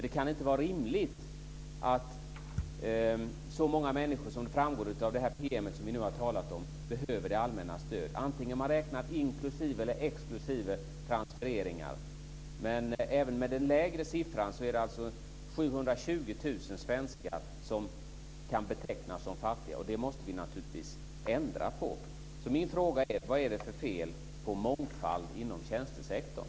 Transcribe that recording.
Det kan inte vara rimligt att så många människor som framgår av den PM vi nu har talat om behöver det allmännas stöd, vare sig man nu räknar inklusive eller exklusive transfereringar. Även med den lägre siffran är det 720 000 svenskar som kan betecknas som fattiga, och det måste vi naturligtvis ändra på. Min fråga är alltså: Vad är det för fel på mångfald inom tjänstesektorn?